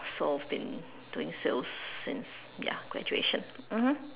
so been doing sales since ya graduation mmhmm